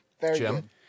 Jim